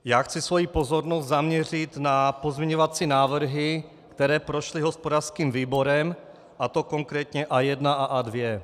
Já chci svoji pozornost zaměřit na pozměňovací návrhy, které prošly hospodářským výborem, a to konkrétně A1 a A2.